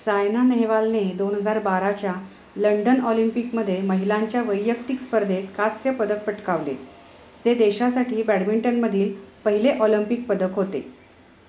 सायना नेहवालने दोन हजार बाराच्या लंडन ऑलिम्पिकमध्ये महिलांच्या वैयक्तिक स्पर्धेत कांस्यपदक पटकावले जे देशासाठी बॅडमिंटनमधील पहिले ऑलंपिक पदक होते